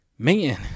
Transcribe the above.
Man